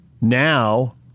now